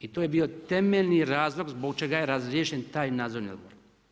I to je bio temeljni razlog, zbog čega je razriješen taj nadzorni odbor.